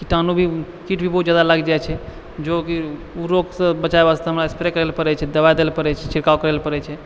कीटाणु भी कीट भी बहुत जादा लागि जाइ छै जोकि ओ रोगसँ बचाबे वास्ते हमरा स्प्रे करैला पड़ै छै दवाइ दैला पड़ै छै छिड़काव करैला पड़ै छै